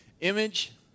Image